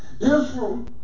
israel